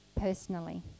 personally